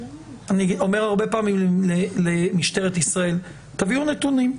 אני אומר הרבה פעמים למשטרת ישראל: תביאו נתונים.